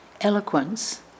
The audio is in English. eloquence